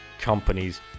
companies